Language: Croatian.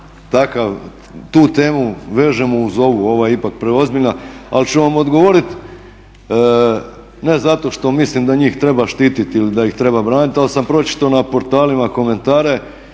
tu temu vežemo uz ovu, ova je ipak preozbiljna, ali ću vam odgovoriti ne zato što mislim da njih treba štititi ili da ih treba braniti ali sam pročitao na portalima komentare